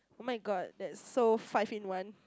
oh-my-God that's so five in one